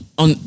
on